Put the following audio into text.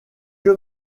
que